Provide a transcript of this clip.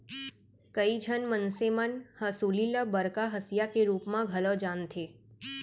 कइ झन मनसे मन हंसुली ल बड़का हँसिया के रूप म घलौ जानथें